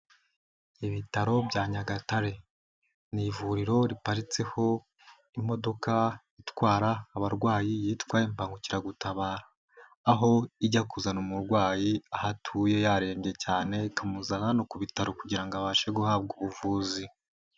Ibitaro bya nyagatare ni ivuriro riparitseho imodoka itwara abarwayi yitwa imbangukiragutabara aho ijya kuzana umurwayi aho atuye yarembye cyane ikamuzana hano ku bitaro kugira abashe guhabwa ubuvuzi.